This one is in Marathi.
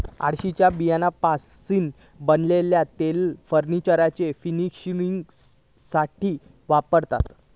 अळशीच्या बियांपासना बनलेला तेल फर्नीचरच्या फर्निशिंगसाथी वापरतत